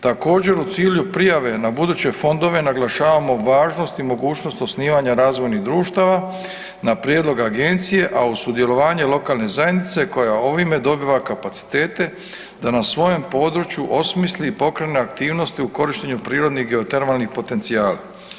Također u cilju prijave na buduće fondove naglašavamo važnost i mogućnost osnivanja razvojnih društava na prijedlog agencije a uz sudjelovanje lokalne zajednice koja ovime dobiva kapacitete da na svojem području osmisli i pokrene aktivnosti u korištenju prirodnih geotermalnih potencijala.